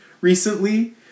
recently